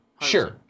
Sure